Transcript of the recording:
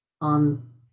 on